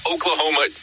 Oklahoma